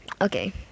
Okay